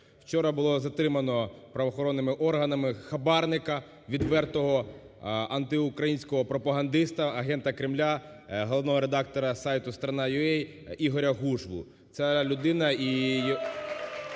Вчора було затримано правоохоронними органами хабарника, відвертого антиукраїнського пропагандиста, агента Кремля, головного редактора сайту "strana.ua" Ігоря Гужву.